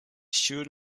shoot